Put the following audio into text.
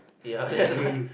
ya that's why